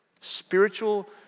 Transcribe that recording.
Spiritual